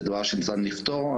זה דבר שצריך לפתור,